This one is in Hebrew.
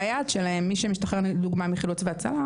והיעד שלהם- מי שמשתחרר לדוגמא מחילוץ והצלה,